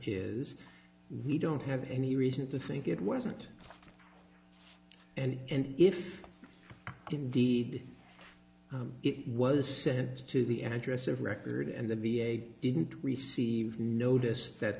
is we don't have any reason to think it wasn't and if indeed it was sent to the address of record and the v a didn't receive notice that